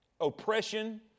oppression